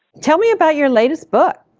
tell me about your latest book.